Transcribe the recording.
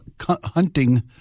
hunting